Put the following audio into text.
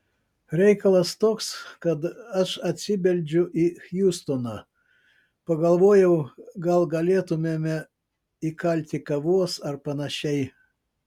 reikalas toks kad aš atsibeldžiu į hjustoną pagalvojau gal galėtumėme įkalti kavos ar panašiai